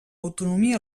autonomia